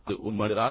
அது ஒரு மனிதரா